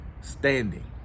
standing